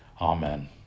Amen